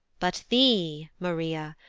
but thee, maria,